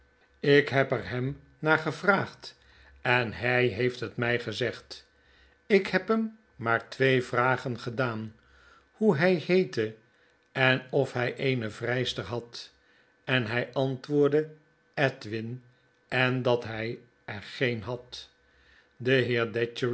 ik heb er hem naar gevraagd en hy heeft mt mm wmmmmmmmmmmmm het geheim van edwin drood het mij gezegd ik heb hem maar twee vragen gedaan hoe hy heette en of hy eene vrijster had en hy antwoordde edwin en dat hij er geen had